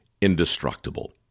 indestructible